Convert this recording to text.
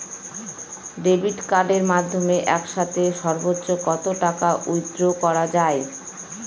Debit কার্ডের মাধ্যমে একসাথে সর্ব্বোচ্চ কত টাকা উইথড্র করা য়ায়?